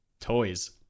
toys